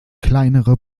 kleinere